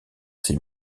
ses